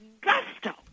gusto